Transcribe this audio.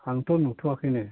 आंथ' नुथ'वाखैनो